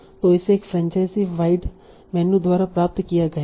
तो इसे एक फ्रैंचाइज़ी वाइड मेनू द्वारा प्राप्त किया गया है